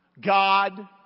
God